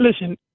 listen